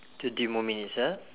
twenty more minutes ah